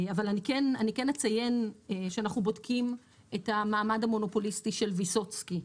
אני כן אציין שאנחנו בודקים את המעמד המונופוליסטי של ויסוצקי,